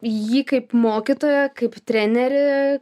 jį kaip mokytoją kaip trenerį